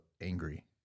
angry